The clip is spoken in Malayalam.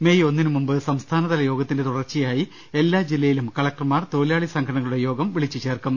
മേയ് ഒന്നിന് മുമ്പ് സംസ്ഥാനതല യോഗത്തിന്റെ തുടർച്ചയായി എല്ലാ ജില്ലയിലും കള ക്ടർമാർ തൊഴിലാളി സംഘടനകളുടെ യോഗം വിളിച്ചുചേർക്കും